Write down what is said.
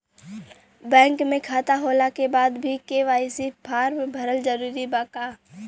Bank में खाता होला के बाद भी के.वाइ.सी फार्म भरल जरूरी बा का?